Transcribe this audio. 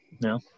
No